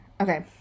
okay